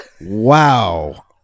Wow